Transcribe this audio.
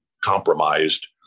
compromised